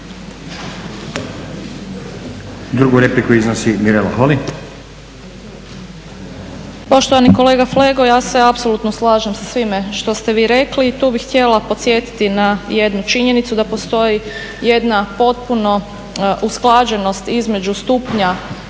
Drugu repliku iznosi Mirela Holy. **Holy, Mirela (ORaH)** Poštovani kolega Flego ja se apsolutno slažem sa svime što ste vi rekli i tu bih htjela podsjetiti na jednu činjenicu da postoji jedna potpuno usklađenost između stupnja